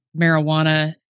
marijuana